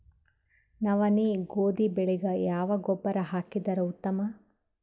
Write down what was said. ನವನಿ, ಗೋಧಿ ಬೆಳಿಗ ಯಾವ ಗೊಬ್ಬರ ಹಾಕಿದರ ಉತ್ತಮ?